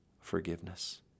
forgiveness